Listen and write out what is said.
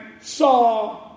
saw